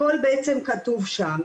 הכול בעצם כתוב שם.